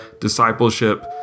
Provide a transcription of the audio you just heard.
discipleship